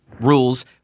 rules